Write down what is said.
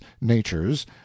natures